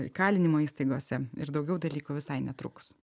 įkalinimo įstaigose ir daugiau dalykų visai netrukus